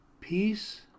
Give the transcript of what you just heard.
peace